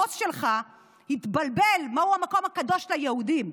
הבוס שלך התבלבל מהו המקום הקדוש ליהודים.